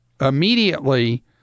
immediately